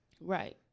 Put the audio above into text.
Right